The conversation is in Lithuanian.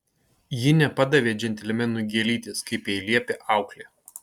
ji nepadavė džentelmenui gėlytės kaip jai liepė auklė